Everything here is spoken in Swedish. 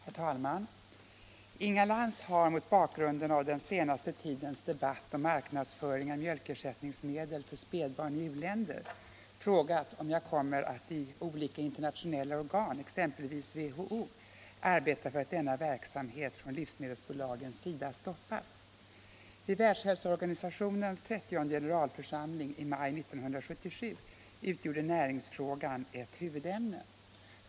Herr talman! Inga Lantz har — mot bakgrund av den senaste tidens debatt om marknadsföring av mjölkersättningsmedel för spädbarn i uländer — frågat om jag kommer att i olika internationella organ, exempelvis WHO, arbeta för att denna verksamhet från livsmedelsbolagens sida stoppas. Vid Världshälsovårdsorganisationens 30:e generalförsamling i maj 1977 utgjorde näringsfrågan ett huvudämne.